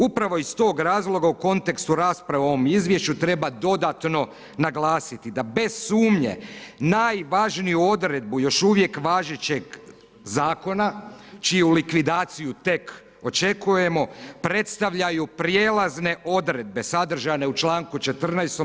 Upravo iz tog razloga u kontekstu rasprave o ovom izvješću treba dodatno naglasiti da bez sumnje najvažniju odredbu, još uvijek važećeg zakona, čiju likvidaciju tek očekujemo, predstavljaju prijelazne odredbe, sadržane u čl. 14.